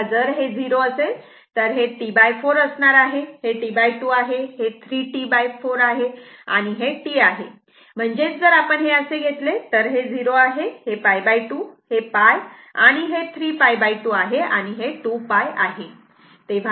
तेव्हा जर हे 0 असेल तर हे T4 असणार आहे हे T2 आहे हे 3 T4 आहे आणि हे T आहे म्हणजेच जर आपण हे असे घेतले तर हे 0 आहे हे π2 आहे हे π आहे हे 3π2 आहे आणि हे 2π आहे